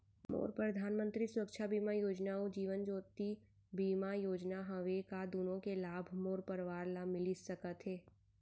मोर परधानमंतरी सुरक्षा बीमा योजना अऊ जीवन ज्योति बीमा योजना हवे, का दूनो के लाभ मोर परवार ल मिलिस सकत हे?